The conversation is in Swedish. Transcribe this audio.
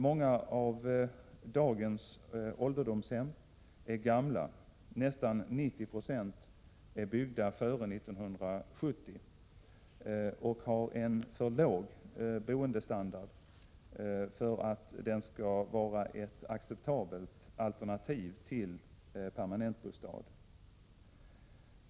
Många av dagens ålderdomshem är gamla, nästan 90 96 är byggda före 1970 och har en för låg boendestandard för att den skall vara ett acceptabelt alternativ till permanentbostad.